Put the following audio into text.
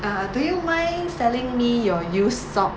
uh do you mind selling me your used sock